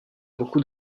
beaucoup